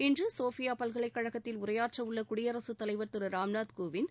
இன்று சோபியா பல்கலைக் கழகத்தில் உரையாற்ற உள்ள குடியரசுத்தலைவர் திரு ராம்நாத் கோவிந்த்